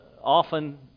often